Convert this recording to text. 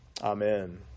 Amen